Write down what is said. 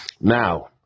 Now